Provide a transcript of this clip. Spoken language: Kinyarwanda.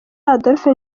adolphe